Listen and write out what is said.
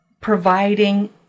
providing